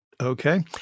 Okay